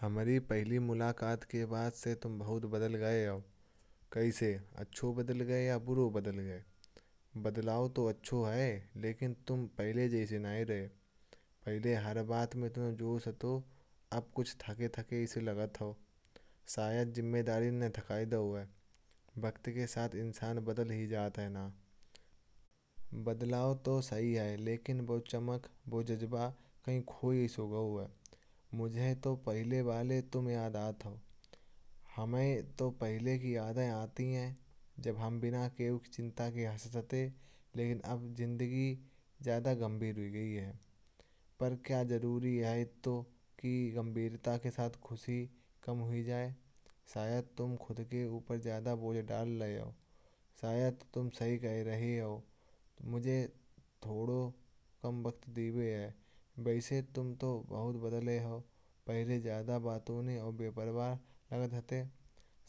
हमारी पहली मुलाकात के बाद से तुम बहुत बदल गए हो। कैसे अच्छे बदल गए या बुरे बदल गए बदलाव तो अच्छा है। लेकिन तुम पहले जैसे नहीं रहे। पहले हर बात में तुम जो सकते थे। अब कुछ थके थके से लगते हो। शायद जिम्मेदारी ने थका दिया। वक्त के साथ इंसान बदल ही जाता है ना बदलाव तो सही है। लेकिन वो चमक, वो जज़्बा, कहीं ना कहीं मुझे तो पहले वाले तुम याद आते हो। हमें तो पहली की यादें आती हैं जब हम बिना किसी चिंता के हंसते। लेकिन अब जिंदगी ज्यादा गंभीर हो गई है पर क्या ज़रूरी है। इस गंभीरता के साथ खुशी कम हो जाए शायद तुम खुद के ऊपर ज्यादा बोल रहे हो। शायद तुम सही कह रहे हो मुझे थोड़े कम वक्त दीजिए। वैसे तुम तो बहुत बदले हो पहले ज्यादा बातों में और बेपरवाह लग रहे थे।